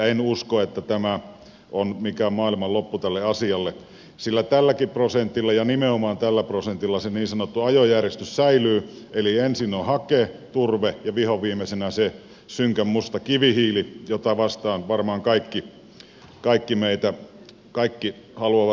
en usko että tämä on mikään maailmanloppu tälle asialle sillä tälläkin prosentilla ja nimenomaan tällä prosentilla se niin sanottu ajojärjestys säilyy eli ensin on hake turve ja vihonviimeisenä se synkänmusta kivihiili jota vastaan varmaan kaikki meistä haluavat taistella